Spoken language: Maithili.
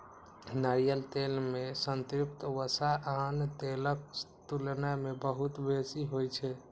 नारियल तेल मे संतृप्त वसा आन तेलक तुलना मे बहुत बेसी होइ छै